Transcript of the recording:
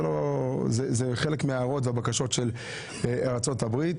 זה חלק מההערות והבקשות של ארצות הברית.